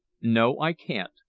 no, i can't.